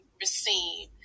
receive